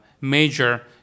major